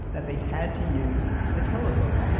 that they had to use the telephone.